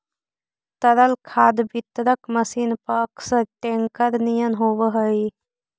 तरल खाद वितरक मशीन पअकसर टेंकर निअन होवऽ हई